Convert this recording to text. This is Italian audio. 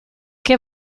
che